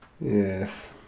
Yes